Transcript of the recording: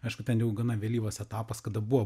aišku ten jau gana vėlyvas etapas kada buvo